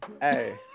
hey